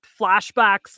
flashbacks